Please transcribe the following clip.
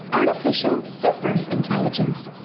artificial super intelligence.